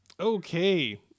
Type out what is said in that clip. Okay